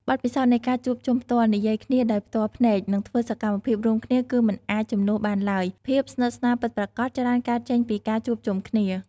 បទពិសោធន៍នៃការជួបជុំផ្ទាល់ និយាយគ្នាដោយផ្ទាល់ភ្នែក និងធ្វើសកម្មភាពរួមគ្នាគឺមិនអាចជំនួសបានឡើយ ភាពស្និទ្ធស្នាលពិតប្រាកដច្រើនកើតចេញពីការជួបជុំគ្នា។